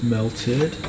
melted